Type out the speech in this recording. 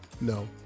No